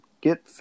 get